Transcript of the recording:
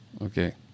Okay